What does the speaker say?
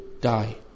die